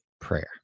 prayer